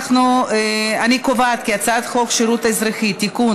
אני קובעת כי הצעת חוק שירות אזרחי (תיקון,